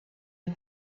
you